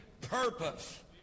purpose